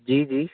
जी जी